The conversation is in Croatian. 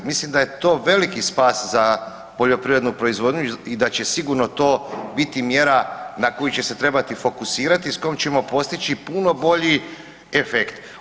Mislim da je to veliki spas za poljoprivrednu proizvodnju i da će sigurno to biti mjera na koju će se trebati fokusirati i s kojom ćemo postići puno bolji efekt.